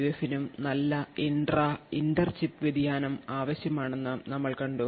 എഫിനും നല്ല intra inter chip വ്യതിയാനം ആവശ്യമാണെന്ന് നമ്മൾ കണ്ടു